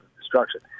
destruction